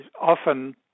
Often